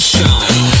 Shine